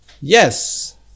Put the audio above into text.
yes